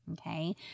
Okay